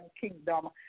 kingdom